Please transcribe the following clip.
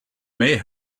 may